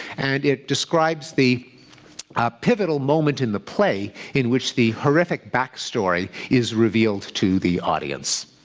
and it describes the ah pivotal moment in the play in which the horrific backstory is revealed to the audience.